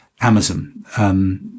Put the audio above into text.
Amazon